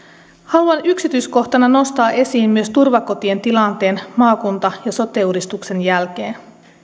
haluan yksityiskohtana nostaa esiin myös turvakotien tilanteen maakunta ja sote uudistuksen jälkeen